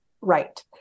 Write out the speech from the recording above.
right